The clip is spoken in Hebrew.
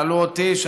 שאלו אותי,